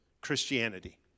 Christianity